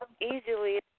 easily